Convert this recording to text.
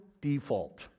default